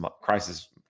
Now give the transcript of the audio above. crisis